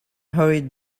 hurried